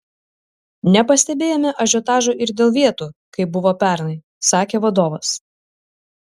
nepastebėjome ažiotažo ir dėl vietų kaip buvo pernai sakė vadovas